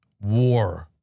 War